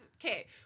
Okay